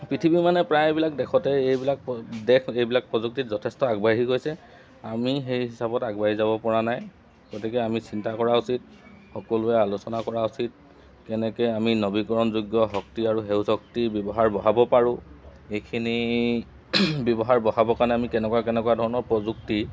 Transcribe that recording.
পৃথিৱী মানে প্ৰায়বিলাক দেশতেই এইবিলাক দেশ এইবিলাক প্ৰযুক্তিত যথেষ্ট আগবাঢ়ি গৈছে আমি সেই হিচাপত আগবাঢ়ি যাব পৰা নাই গতিকে আমি চিন্তা কৰা উচিত সকলোৱে আলোচনা কৰা উচিত কেনেকৈ আমি নৱীকৰণযোগ্য শক্তি আৰু সেউজ শক্তিৰ ব্যৱহাৰ বঢ়াব পাৰোঁ এইখিনি ব্যৱহাৰ বঢ়াবৰ কাৰণে আমি কেনেকুৱা কেনেকুৱা ধৰণৰ প্ৰযুক্তি